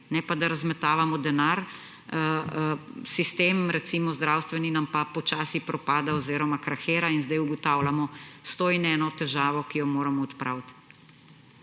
ne pa da razmetavamo denar, recimo zdravstveni sistem nam pa počasi propada oziroma kar hira; in zdaj ugotavljamo 101 težavo, ki jo moramo odpraviti.